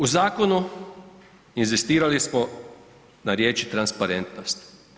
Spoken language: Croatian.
U zakonu inzistirali smo na riječi „transparentnost“